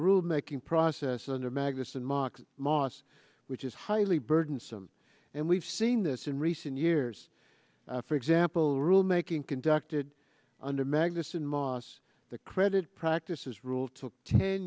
rule making process under magnusson mox mos which is highly burdensome and we've seen this in recent years for example rule making conducted under magnussen moss the credit practices rule took ten